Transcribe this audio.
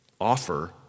offer